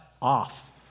off